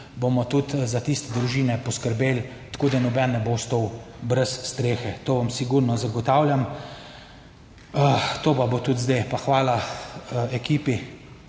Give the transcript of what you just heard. bomo tudi za tiste družine poskrbeli tako, da noben ne bo ostal brez strehe, to vam sigurno zagotavljam. To pa bo tudi zdaj pa hvala ekipi,